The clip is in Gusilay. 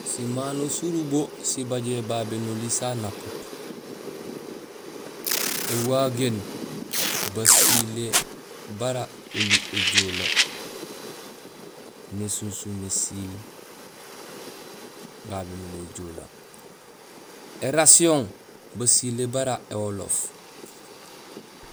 Simano surubo sibajohé babé noli sa napup: éwagéén; basilé bara oli éjoole; nésunsuum ésiil babé noli éjoole, érasihon; basilé bara éwoloof